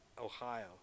Ohio